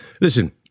Listen